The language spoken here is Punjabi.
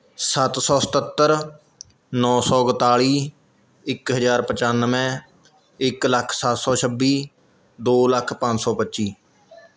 ਸੱਤ ਸੌ ਸਤੱਤਰ ਨੌ ਸੌ ਇਕਤਾਲੀ ਇੱਕ ਹਜ਼ਾਰ ਪਚੱਨਵੇਂ ਇੱਕ ਲੱਖ ਸੱਤ ਸੌ ਛੱਬੀ ਦੋ ਲੱਖ ਪੰਜ ਸੌ ਪੱਚੀ